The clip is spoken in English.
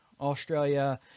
Australia